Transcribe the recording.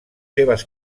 seves